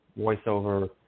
voiceover